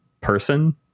person